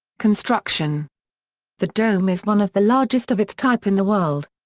construction the dome is one of the largest of its type in the world.